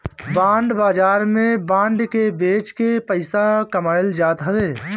bond बाजार में bond के बेच के पईसा कमाईल जात हवे